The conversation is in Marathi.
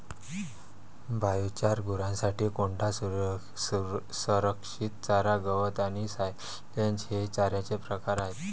बायोचार, गुरांसाठी कोंडा, संरक्षित चारा, गवत आणि सायलेज हे चाऱ्याचे प्रकार आहेत